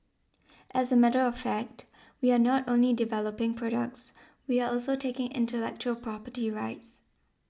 as a matter of fact we are not only developing products we are also taking intellectual property rights